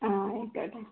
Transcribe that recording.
ആ okay okay